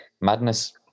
madness